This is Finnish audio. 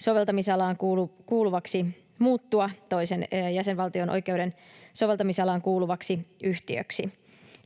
yhtiöllä on oikeus muuttua toisen jäsenvaltion oikeuden soveltamisalaan kuuluvaksi yhtiöksi.